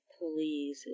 please